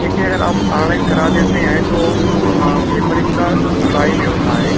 देखिए अगर आप ऑनलाइन करा देते हैं तो पेपर इसका जुलाई में होता है